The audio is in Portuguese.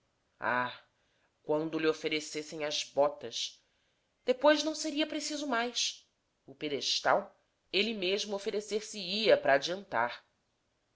ah quando lhe oferecessem as botas depois não seria preciso mais o pedestal ele mesmo oferecer se ia para adiantar